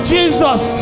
Jesus